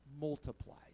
multiplies